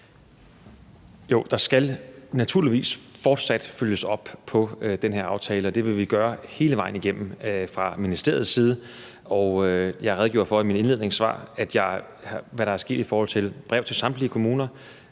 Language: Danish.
Jo, der skal naturligvis fortsat følges op på den her aftale, og det vil vi gøre hele vejen igennem fra ministeriets side, og jeg redegjorde for i mit indledende svar for, hvad der er sket, i forhold til et brev til samtlige kommuner,